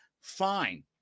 fine